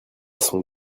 sont